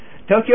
Tokyo